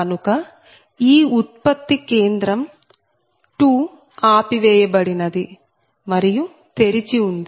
కనుక ఈ ఉత్పత్తి కేంద్రం 2 ఆపివేయబడినది మరియు తెరిచి ఉంది